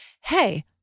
hey